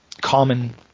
common